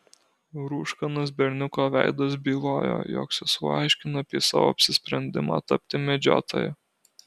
rūškanas berniuko veidas bylojo jog sesuo aiškina apie savo apsisprendimą tapti medžiotoja